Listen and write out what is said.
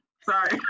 Sorry